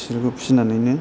बिसोरखौ फिसिनानैनो